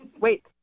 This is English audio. wait